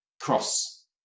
cross